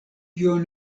kion